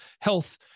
health